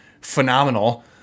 phenomenal